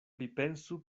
pripensu